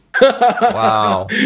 Wow